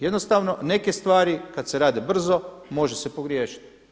Jednostavno neke stvari kad se rade brzo može se pogriješiti.